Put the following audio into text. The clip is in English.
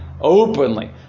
openly